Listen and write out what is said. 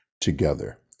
together